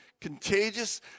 contagious